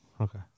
Okay